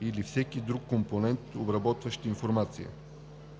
или всеки друг компонент, обработващ информация.